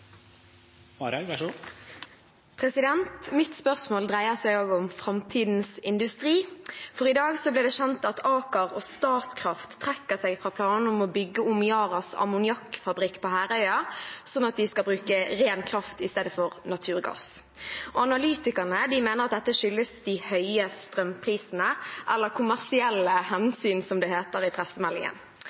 Mitt spørsmål dreier seg om framtidens industri, for i dag ble det kjent at Aker og Statkraft trekker seg fra planene om å bygge om Yaras ammoniakkfabrikk på Herøya, sånn at de skal bruke ren kraft i stedet for naturgass. Analytikerne mener dette skyldes de høye strømprisene – eller kommersielle hensyn, som det heter i